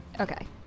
Okay